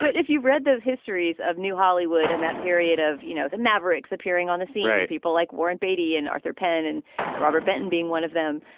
but if you read those histories of new hollywood and that period of, you know, the mavericks appearing on the cia, people like warren beatty and arthur penn and robert benton being one of them,